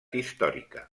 històrica